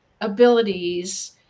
abilities